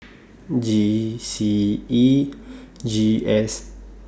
G C E G S